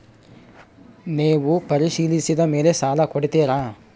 ನೇವು ಪರಿಶೇಲಿಸಿದ ಮೇಲೆ ಸಾಲ ಕೊಡ್ತೇರಾ?